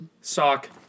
Sock